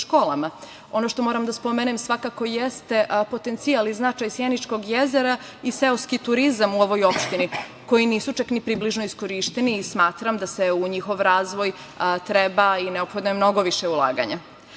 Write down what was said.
što moram da spomenem svakako jeste potencijal i značaj Sjeničkog jezera i seoski turizam u ovoj opštini, koji nisu čak ni približno iskorišćeni i smatram da je u njihov razvoj potrebno mnogo više ulaganja. Projekat